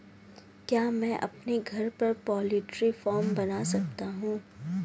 क्या मैं अपने घर पर पोल्ट्री फार्म बना सकता हूँ?